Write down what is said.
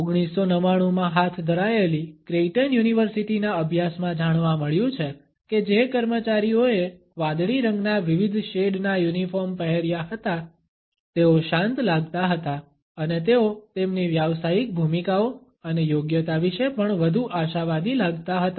1999 માં હાથ ધરાયેલી ક્રેઇટન યુનિવર્સિટીના અભ્યાસમાં જાણવા મળ્યું છે કે જે કર્મચારીઓએ વાદળી રંગના વિવિધ શેડ ના યુનિફોર્મ પહેર્યા હતા તેઓ શાંત લાગતા હતા અને તેઓ તેમની વ્યાવસાયિક ભૂમિકાઓ અને યોગ્યતા વિશે પણ વધુ આશાવાદી લાગતા હતા